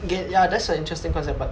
ya that's an interesting concept but